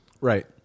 Right